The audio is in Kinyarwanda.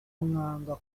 mwanga